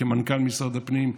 כמנכ"ל משרד הפנים,